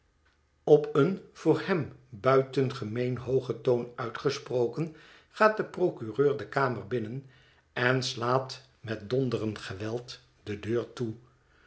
op een voor hem buitengemeen hoogen toon uitgesproken gaat de procureur de kamer binnen en slaat met donderend geweld de deur toe